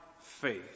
faith